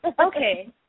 Okay